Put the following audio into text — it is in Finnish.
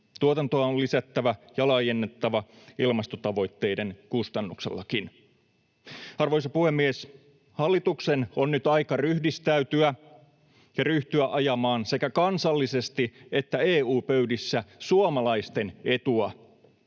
Tuotantoa on lisättävä ja laajennettava ilmastotavoitteiden kustannuksellakin. Arvoisa puhemies! Hallituksen on nyt aika ryhdistäytyä ja ryhtyä ajamaan sekä kansallisesti että EU-pöydissä suomalaisten etua.